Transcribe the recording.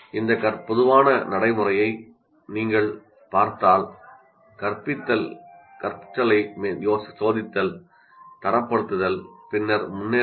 இந்த பொதுவான நடைமுறையை நீங்கள் பார்த்தால் கற்பித்தல் கற்றலை சோதித்தல் தரப்படுத்துதல் பின்னர் முன்னேறுதல்